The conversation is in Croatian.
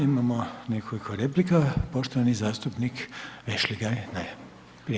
Imamo nekoliko replika, poštovani zastupnik Vešligaj.